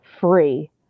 free